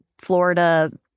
Florida